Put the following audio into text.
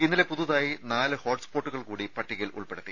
ഇന്നലെ പുതുതായി നാല് ഹോട്സ്പോട്ടുകൾ കൂടി പട്ടികയിൽ ഉൾപ്പെടുത്തി